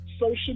social